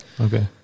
Okay